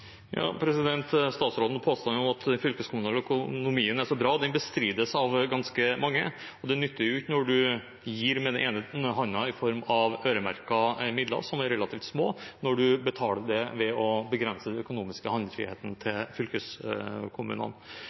om at den fylkeskommunale økonomien er så bra, bestrides av ganske mange, og det nytter ikke at man gir med den ene hånden i form av øremerkede midler, som er relativt små, når man betaler det ved å begrense den økonomiske handlefriheten til fylkeskommunene.